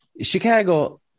Chicago